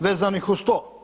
vezanih uz to.